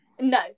No